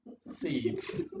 seeds